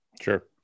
Sure